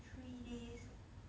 three days